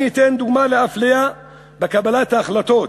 אני אתן דוגמה לאפליה בקבלת ההחלטות